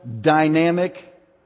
dynamic